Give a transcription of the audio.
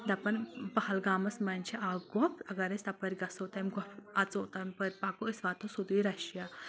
دَپان پہلگامَس منٛز چھِ اَکھ گۄپھ اگر أسۍ تَپٲرۍ گژھو تَمہِ گۄپھ اَژو تَمہِ پٔر پَکو أسۍ واتو سیٚودُے رَشیا